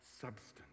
substance